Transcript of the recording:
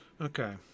Okay